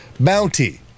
Bounty